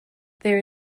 there